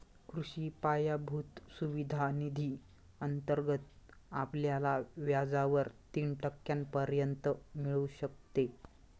कृषी पायाभूत सुविधा निधी अंतर्गत आपल्याला व्याजावर तीन टक्क्यांपर्यंत मिळू शकते